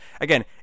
again